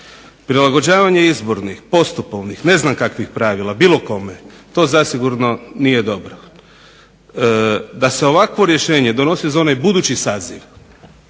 Prilagođavanje izbornih, postupovnih, ne znam kakvih pravila bilo kome to zasigurno nije dobro. Da se ovakvo rješenje donosi za onaj budući saziv